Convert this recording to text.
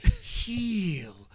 Heal